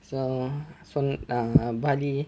so from err bali